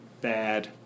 bad